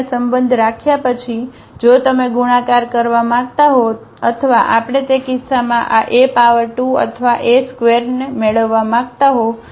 તેથી આ સંબંધ રાખ્યા પછી જો તમે ગુણાકાર કરવા માંગતા હો અથવા આપણે તે કિસ્સામાં આ A પાવર 2 અથવા A² મેળવવા માંગતા હો